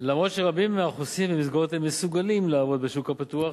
למרות שרבים מהחוסים במסגרות אלה מסוגלים לעבוד בשוק הפתוח.